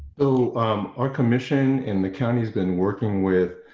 so our commission in the county has been working with